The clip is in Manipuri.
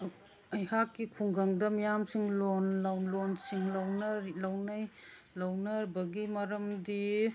ꯑꯩꯍꯥꯛꯀꯤ ꯈꯨꯡꯒꯪꯗ ꯃꯤꯌꯥꯝꯁꯤꯡ ꯂꯣꯟꯁꯤꯡ ꯂꯧꯅꯩ ꯂꯧꯅꯕꯒꯤ ꯃꯔꯝꯗꯤ